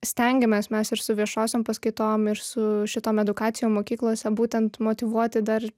stengiamės mes ir su viešosiom paskaitom ir su šitom edukacijom mokyklose būtent motyvuoti dar